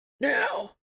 Now